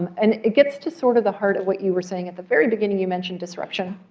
and it gets to sort of the heart of what you were saying at the very beginning. you mentioned disruption.